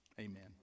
amen